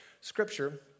scripture